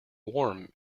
warm